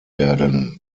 werden